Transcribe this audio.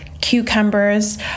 cucumbers